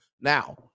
Now